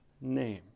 name